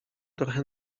trochę